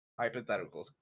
hypotheticals